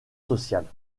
sociales